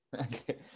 okay